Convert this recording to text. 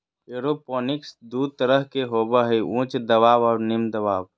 aeroponics दू तरह के होबो हइ उच्च दबाव और निम्न दबाव